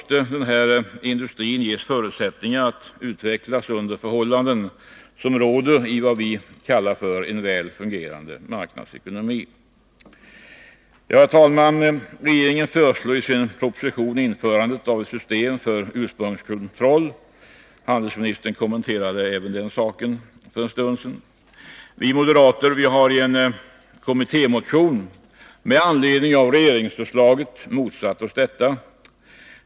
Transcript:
Tekoindustrin måste ges förutsättningar att utvecklas under de förhållanden som råder i en väl fungerande marknadshushållning. Herr talman! Regeringen föreslår i sin proposition införandet av ett system för ursprungskontroll. Handelsministern kommenterade även den saken för en stund sedan. Vi moderater har i en kommittémotion med anledning av propositionen motsatt oss detta.